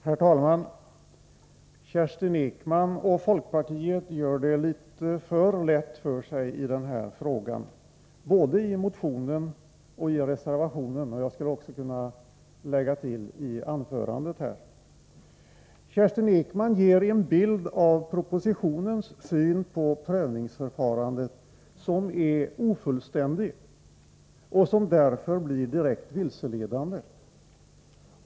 Herr talman! Kerstin Ekman och folkpartiet gör det litet för lätt för sig i den här frågan, både i motionen och i reservationen och, skulle jag också kunna tillägga, i anförandet nyss. Kerstin Ekman ger en bild av propositionens syn på prövningsförfarandet som är ofullständig och som därför blir direkt vilseledande.